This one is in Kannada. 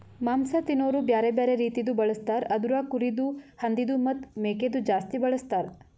ಮಾಂಸ ತಿನೋರು ಬ್ಯಾರೆ ಬ್ಯಾರೆ ರೀತಿದು ಬಳಸ್ತಾರ್ ಅದುರಾಗ್ ಕುರಿದು, ಹಂದಿದು ಮತ್ತ್ ಮೇಕೆದು ಜಾಸ್ತಿ ಬಳಸ್ತಾರ್